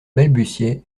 balbutiait